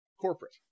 corporate